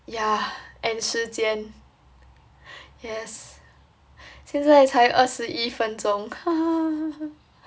yeah and 时间 yes 现在才二十一分钟